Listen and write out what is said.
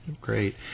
Great